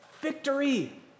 victory